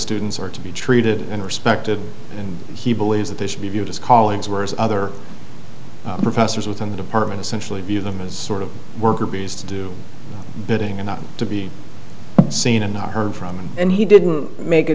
students are to be treated and respected and he believes that they should be viewed as colleagues whereas other professors within the department essentially view them as sort of worker bees to do bidding and not to be seen and heard from him and he didn't make a